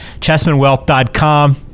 ChessmanWealth.com